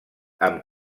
amb